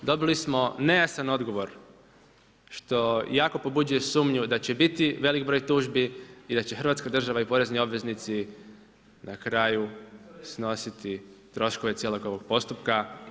Dobili smo nejasan odgovor što jako pobuđuje sumnju da će biti veliki broj tužbi i da će Hrvatska država i porezni obveznici na kraju snositi troškove cijelog ovog postupka.